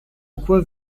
quoi